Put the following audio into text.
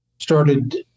started